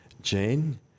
Jane